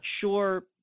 sure